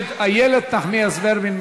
איילת נחמיאס ורבין,